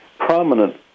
prominent